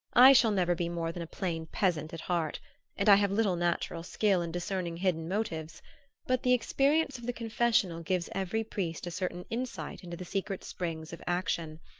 i shall never be more than a plain peasant at heart and i have little natural skill in discerning hidden motives but the experience of the confessional gives every priest a certain insight into the secret springs of action,